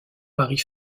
marie